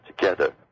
together